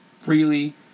freely